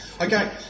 Okay